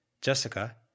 Jessica